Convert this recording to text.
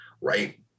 right